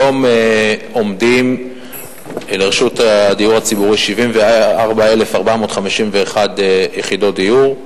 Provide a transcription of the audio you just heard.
כיום עומדות לרשות הדיור הציבורי 74,451 יחידות דיור,